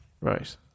Right